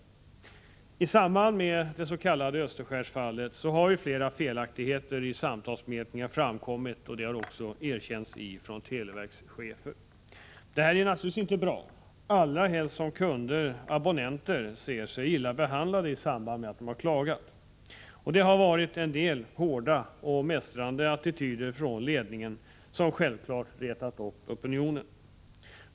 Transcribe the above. I samband med det s.k. Österskärsfallet har det ju uppenbarats flera felaktigheter vid samtalsmätningen, vilket också har erkänts av televerkschefen. Detta är naturligtvis inte bra, allra helst som abonnenterna anser sig ha blivit illa behandlade i samband med att de klagat. Det har förekommit en del hårda och mästrande attityder från ledningens sida, något som självfallet har retat opinionen.